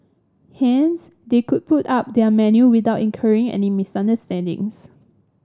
hence they could put up their menu without incurring any misunderstandings